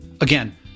Again